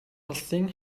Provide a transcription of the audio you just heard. улсын